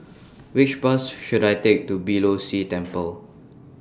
Which Bus should I Take to Beeh Low See Temple